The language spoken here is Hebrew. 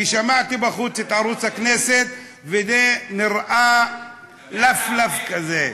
כי שמעתי בחוץ את ערוץ הכנסת, וזה "לפלף" כזה.